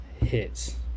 hits